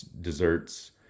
desserts